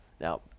Now